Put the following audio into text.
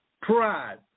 pride